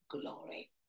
glory